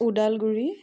Udalguri